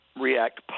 react